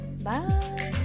Bye